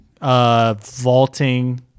vaulting